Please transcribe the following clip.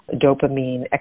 dopamine